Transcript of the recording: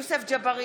יוסף ג'בארין,